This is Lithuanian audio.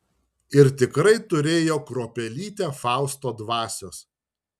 ir tikrai turėjo kruopelytę fausto dvasios